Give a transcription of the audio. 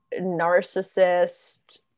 narcissist